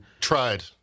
Tried